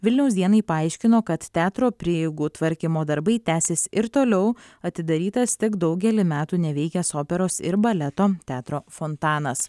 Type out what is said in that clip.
vilniaus dienai paaiškino kad teatro prieigų tvarkymo darbai tęsis ir toliau atidarytas tik daugelį metų neveikęs operos ir baleto teatro fontanas